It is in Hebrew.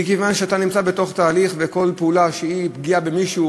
מכיוון שאתה נמצא בתוך תהליך וכל פעולה שהיא פגיעה במישהו